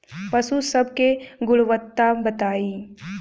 पशु सब के गुणवत्ता बताई?